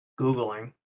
Googling